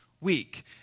week